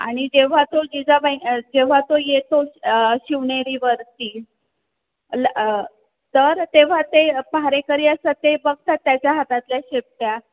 आणि जेव्हा तो जिजाबाई जेव्हा तो येतो शिवनेरीवरती ल तर तेव्हा ते पहारेकरी असतात ते बघतात त्याच्या हातातल्या शेपट्या